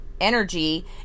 energy